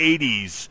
80s